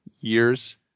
years